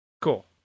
Cool